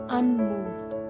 unmoved